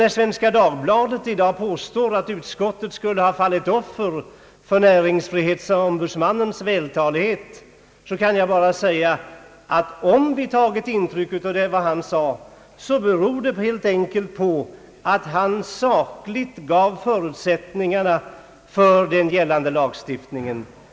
När Svenska Dagbladet i dag påstår att utskottet skulle ha fallit offer för näringsfrihetsombudsmannens vältalighet kan jag bara säga att om vi tagit intryck av vad han sade så beror det helt enkelt på att han sakligt gav förutsättningar för den gällande lagstiftningen.